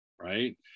right